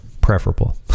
preferable